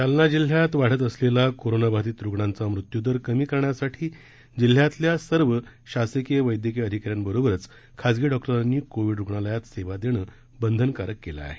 जालना जिल्ह्यामध्ये वाढत असलेला कोरोनाबाधित रुग्णांचा मृत्युदर कमी करण्यासाठी जिल्ह्यातल्या सर्व शासकीय वैद्यकीय अधिकाऱ्यांबरोबरच खासगी डॉक्टरांनी कोविड रुग्णालयात सेवा देणं बंधनकारक केलं आहे